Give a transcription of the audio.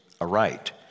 aright